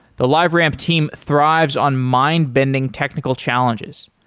the liveramp team thrives on mind-bending technical challenges.